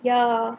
ya